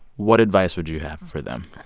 what advice would you have for them?